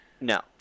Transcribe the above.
No